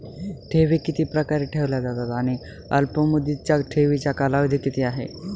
ठेवी किती प्रकारे ठेवल्या जातात आणि अल्पमुदतीच्या ठेवीचा कालावधी किती आहे?